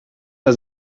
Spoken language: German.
der